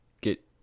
get